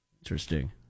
Interesting